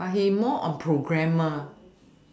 but he more on programmer